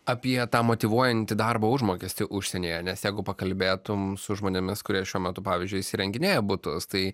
apie tą motyvuojantį darbo užmokestį užsienyje nes jeigu pakalbėtum su žmonėmis kurie šiuo metu pavyzdžiui įsirenginėja butus tai